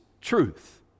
truth